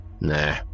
Nah